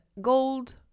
Gold